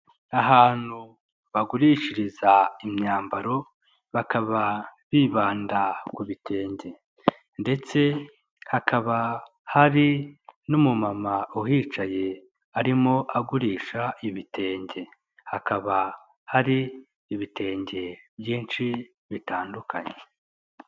Ahantu bagurishiriza imyambaro bakaba bibanda ku bitenge ndetse hakaba hari n'umumama uhicaye arimo agurisha ibitenge, hakaba hari ibitenge byinshi bitandukanye.